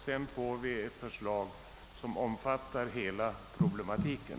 Sedan får vi ett förslag som omfattar hela problematiken.